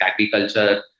agriculture